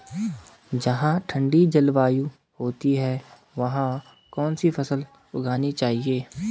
जहाँ ठंडी जलवायु होती है वहाँ कौन सी फसल उगानी चाहिये?